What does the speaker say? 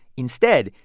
instead,